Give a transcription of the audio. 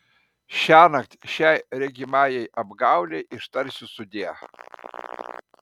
šiąnakt šiai regimajai apgaulei ištarsiu sudie